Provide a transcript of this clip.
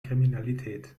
kriminalität